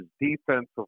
defensive